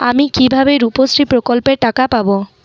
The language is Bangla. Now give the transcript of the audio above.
আমি কিভাবে রুপশ্রী প্রকল্পের টাকা পাবো?